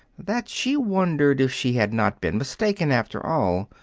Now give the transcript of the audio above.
that she wondered if she had not been mistaken, after all.